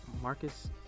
Marcus